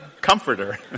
comforter